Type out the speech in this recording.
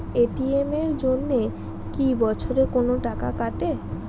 ATM এর জন্যে কি বছরে কোনো টাকা কাটে?